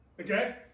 Okay